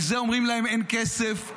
אומרים להם: לזה אין כסף,